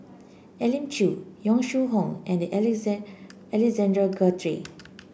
Elim Chew Yong Shu Hoong and Alexander Guthrie